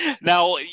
Now